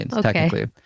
technically